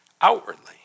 outwardly